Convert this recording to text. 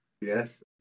Yes